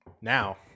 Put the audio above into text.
Now